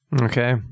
okay